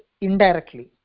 indirectly